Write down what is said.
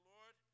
Lord